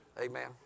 Amen